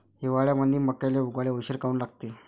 हिवाळ्यामंदी मक्याले उगवाले उशीर काऊन लागते?